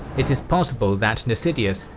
it is possible that nasidius,